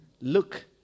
Look